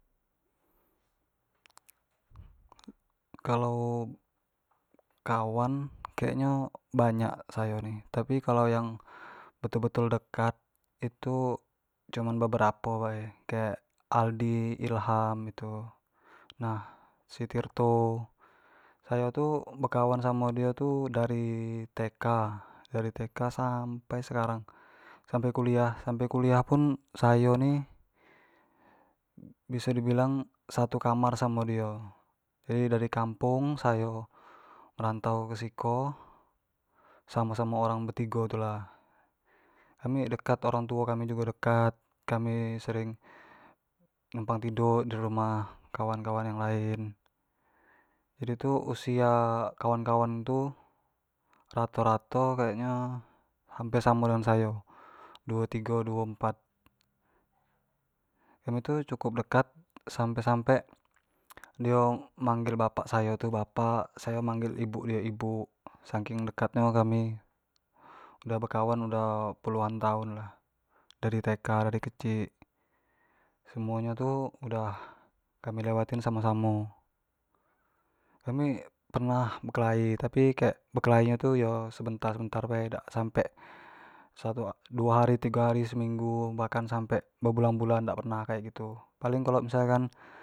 kalau kawan kek nyo banyak sayo ni tapi yang betul betul dekat itu cuman beberapo bae, kayak aldi. Ilham gitu, nah si tirto. Sayo tu bekawan samo dio tu dari tk, dari tk sampai sekarang, sampai kuliah, sampai kuliah pun, sayo ni biso di bilang satu kamar samo dio, jadi dari kampung sayo merantau ke siko, samo samo orang betigo tu lah, kami dekat, orang tuo kami jugo dekat, kami sering numpang tiduk dirumah kawan kawan yang lain, jadi tu usia kawan kawan tu rato rato kayak nyo hamper samo dengan sayo, duo tigo duo empat, kami tu cukup dekat, sampe sampe dio manggil bapak sayo tu bapak, sayo maggil ibuk dio tu ibuk, saking dekat nyo kami, lah bekawan udah puluhan tahun lah, dari tk dari kecik, semuo nyo tu udah kami lewatin samo samo kami pernah berkelahi, tapi yo kayak berkelahi nyo tu yo sebentar sebentar bae, dak sampe satu, duo hari, tigo hari, seminggu bahkan nyampe berbulan-bulan dak pernah kayak gitu, paling misalkan.